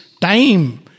time